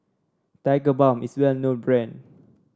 Tigerbalm is a well known brand